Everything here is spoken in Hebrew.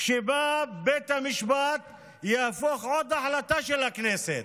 שבה בית המשפט יהפוך עוד החלטה של הכנסת.